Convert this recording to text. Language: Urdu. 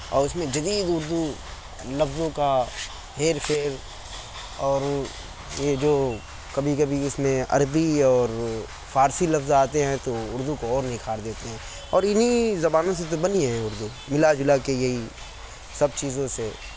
اور اس میں جدید اردو لفظوں کا ہیر پھیر اور یہ جو کبھی کبھی اس میں عربی اور فارسی لفظ آتے ہیں تو اردو کو اور نکھار دیتے ہیں اور انہیں زبانوں سے تو بنی ہے اردو ملا جلا کے یہی سب چیزوں سے